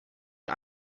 den